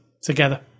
together